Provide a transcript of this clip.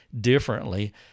differently